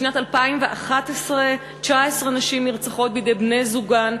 בשנת 2011 19 נשים נרצחו בידי בני-זוגן,